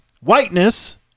whiteness